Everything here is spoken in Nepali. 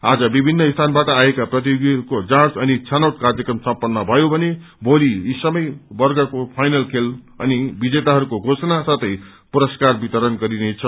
आज विभिन्न स्थानवाट आएका प्रतियोगीहरूको जाँच अनि छनौट कार्यक्रम सम्पन्न भयो भने भोलि यी सबै वर्गको फाइनल खेल अनि विजेताहरूको घोषणा साथै पुरस्कार वितरण गरिनेछ